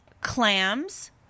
clams